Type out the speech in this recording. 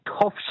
tough